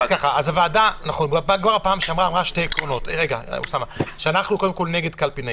הוועדה קבעה עקרונית בפעם שעברה שאנחנו קודם כל נגד קלפי ניידת.